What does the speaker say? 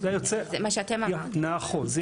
זה מה שאתם אמרתם.